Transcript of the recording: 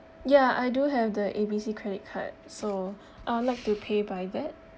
ya I do have the A B C credit card so I'd like to pay by that